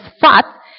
fat